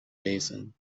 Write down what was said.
basin